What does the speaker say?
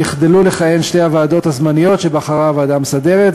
יחדלו לכהן שתי הוועדות הזמניות שבחרה הוועדה המסדרת,